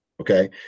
Okay